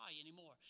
anymore